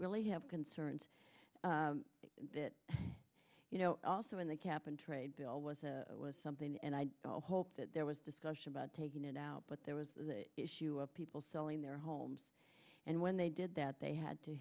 really have concerns that you know also in the cap and trade bill was a was something and i hope that there was discussion about taking it out but there was issue of people selling their homes and when they did that they had to